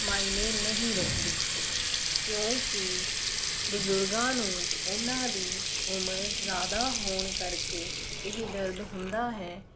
ਮਾਈਨੇ ਨਹੀਂ ਰੱਖਦੀ ਕਿਉਂਕਿ ਬਜ਼ੁਰਗਾਂ ਨੂੰ ਉਹਨਾਂ ਦੀ ਉਮਰ ਜ਼ਿਆਦਾ ਹੋਣ ਕਰਕੇ ਇਹ ਦਰਦ ਹੁੰਦਾ ਹੈ